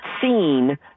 seen